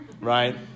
right